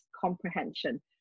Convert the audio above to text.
comprehension